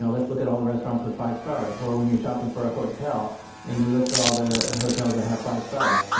so let's look at all restaurants with five stars, or when you shopping for a hotel and you look for all the hotels that have five stars.